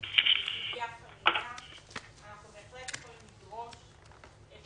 בסוגיה חריגה אנחנו בהחלט יכולים לדרוש את